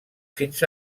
fins